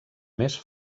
més